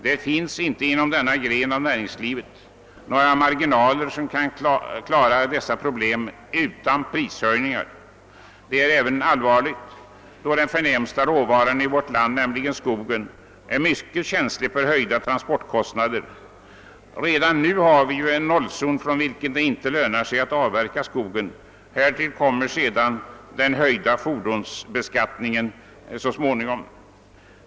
Det finns inte inom denna gren av näringslivet några marginaler som gör att man skulle kunna klara dessa problem utan prishöjningar. Detta är allvarligt bl.a. av det skälet att den förnämsta råvaran i vårt land — skogen — är mycket känslig för höjda transportkostnader. Redan nu finns det ju en nollzon där det inte lönar sig att avverka skogen. Härtill kommer alltså så småningom den höjda fordonsbeskattningen. Herr talman!